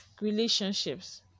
relationships